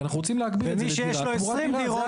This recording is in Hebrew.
כי אנחנו רוצים להגביל את זה לדירה תמורת דירה.